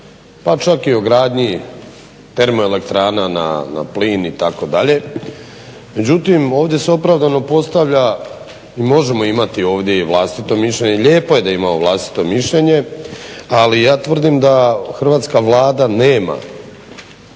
Pa čak i o gradnji termoelektrana na plin itd., međutim ovdje se opravdano postavlja, mi možemo ovdje imati vlastito mišljenje, lijepo je da imamo vlastito mišljenje. Ali ja tvrdim da Hrvatska Vlada nema